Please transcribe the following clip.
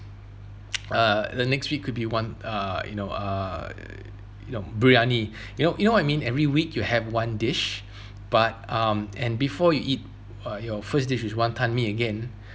uh the next week could be wan~ uh you know uh you know biryani you know you know what I mean every week you have one dish but um and before you eat uh your first dish is wanton mee again